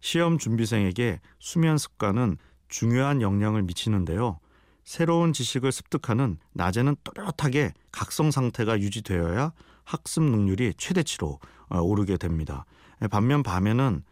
시험 준비생에게 수면 습관은 중요한 영향을 미치는데요. 새로운 지식을 습득하는 낮에는 또렷하게 각성 상태가 유지되어야 학습 능률이 최대치로, 어, 오르게 됩니다. 반면 밤에는